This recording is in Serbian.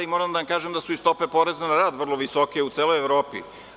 Moram da kažem da su i stope poreza na rad vrlo visoke u celoj Evropi.